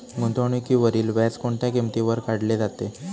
गुंतवणुकीवरील व्याज कोणत्या किमतीवर काढले जाते?